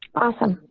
awesome.